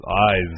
eyes